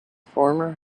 former